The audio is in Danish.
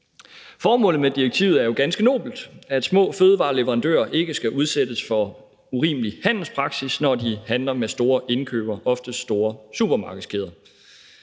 Formålet med direktivet er jo ganske nobelt: at små fødevareleverandører ikke skal udsættes for urimelig handelspraksis, når de handler med store indkøbere, ofte store supermarkedskæder.